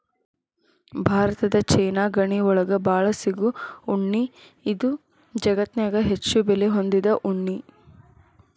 Bharat China ಗಡಿ ಒಳಗ ಬಾಳ ಸಿಗು ಉಣ್ಣಿ ಇದು ಜಗತ್ತನ್ಯಾಗ ಹೆಚ್ಚು ಬೆಲೆ ಹೊಂದಿದ ಉಣ್ಣಿ